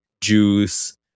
Juice